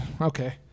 Okay